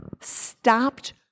stopped